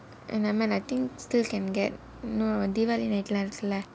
err never mind lah I think still can get no diwali night